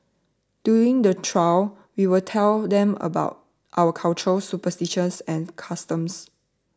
during the trail we'll tell them about our cultures superstitions and customs